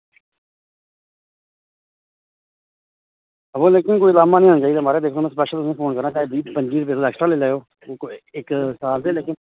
लेकिन म्हाराज लाहमां निं औना चाहिदा चाहे तुस पंजी रपेआ बद्ध लेई लैयो